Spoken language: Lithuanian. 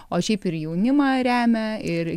o šiaip ir jaunimą remia ir